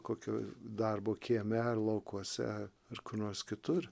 kokio darbo kieme ar laukuose ar kur nors kitur